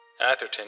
Atherton